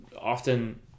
often